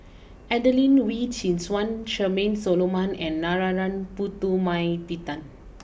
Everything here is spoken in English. Adelene Wee Chin Suan Charmaine Solomon and Narana Putumaippittan